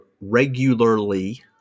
regularly